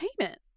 payment